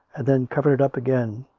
and then covered it up again,